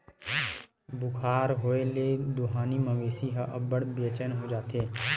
बुखार होए ले दुहानी मवेशी ह अब्बड़ बेचैन हो जाथे